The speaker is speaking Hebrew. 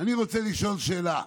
אני רוצה לשאול שאלה: